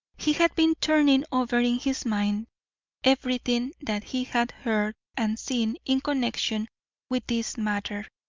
he had been turning over in his mind everything that he had heard and seen in connection with this matter,